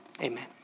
Amen